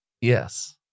Yes